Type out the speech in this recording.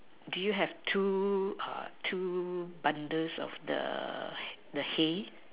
do you have two two bundles of the the hay